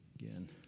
again